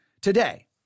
today